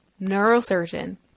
neurosurgeon